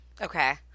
Okay